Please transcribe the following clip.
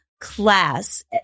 class